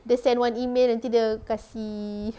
dia send one email nanti dia kasi